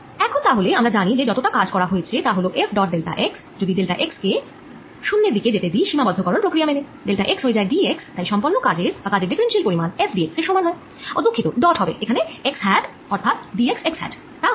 এখান তা হলে আমরা জানি যে যতটা কাজ করা হয়েছে তা হল F ডট ডেল্টা x যদি ডেল্টা x কে 0 এর দিকে যেতে দিই সীমাবদ্ধকরণ প্রক্রিয়া মেনে ডেল্টা x হয়ে যায় dx তাই সম্পন্ন কাজ বা কাজের ডিফারেনশিয়াল পরিমাণ Fdx এর সমান হয় দুঃখিত ডট হবে এখানে x হ্যাট অর্থাৎ dx x হ্যাট